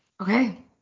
okay